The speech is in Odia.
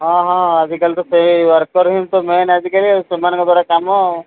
ହଁ ହଁ ଆଜିକାଲି ତ ସେଇ ୱାର୍କର ହି ତ ମେନ୍ ଆଜିକାଲି ଆଉ ସେମାନଙ୍କ ଦ୍ୱାରା କାମ ଆଉ